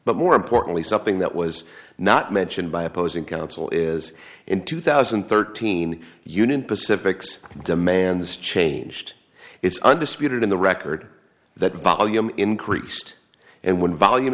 but more importantly something that was not mentioned by opposing counsel is in two thousand and thirteen union pacific demands changed it's undisputed in the record that volume increased and when volume